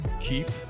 keep